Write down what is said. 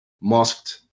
Masked